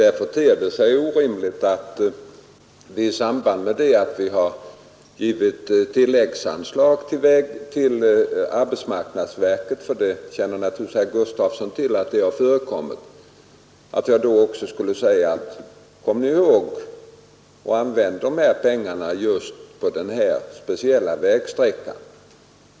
Därför ställer det sig orimligt att jag i samband med att vi har givit tilläggsanslag till arbetsmarknadsverket — det känner naturligtvis herr Gustafsson till — också skulle säga: Kom nu ihåg att använda de här pengarna just på den här speciella vägsträckan!